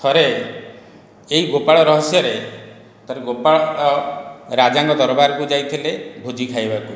ଥରେ ଏହି ଗୋପାଳ ରହସ୍ୟରେ ଥରେ ଗୋପାଳ ରାଜାଙ୍କ ଦରବାରକୁ ଯାଇଥିଲେ ଭୋଜି ଖାଇବାକୁ